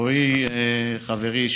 רועי חברי,